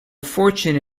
fortune